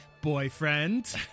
boyfriend